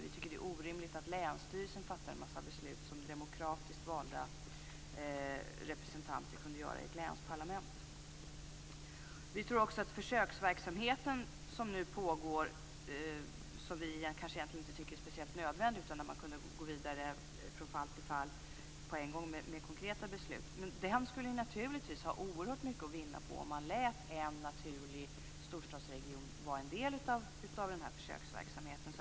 Vi tycker att det är orimligt att länsstyrelsen fattar en massa beslut som demokratiskt valda representanter skulle kunna göra i ett länsparlament. Den försöksverksamhet som nu pågår tycker vi egentligen inte är speciellt nödvändig. Man skulle på en gång kunna gå vidare från fall till fall med konkreta beslut. Men denna verksamhet skulle naturligtvis ha oerhört mycket att vinna på att man lät en naturlig storstadsregion vara en del av försöksverksamheten.